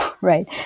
right